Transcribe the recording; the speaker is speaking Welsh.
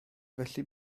felly